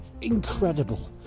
Incredible